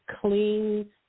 clean